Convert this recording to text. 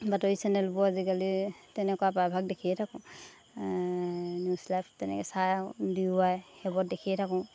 বাতৰি চেনেলবোৰ আজিকালি তেনেকুৱা প্ৰায়ভাগ দেখিয়ে থাকোঁ নিউজ লাইভ তেনেকৈ চাই ডি ৱাই সেইবোৰ দেখিয়ে থাকোঁ